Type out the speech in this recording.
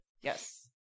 Yes